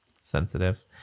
sensitive